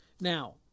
Now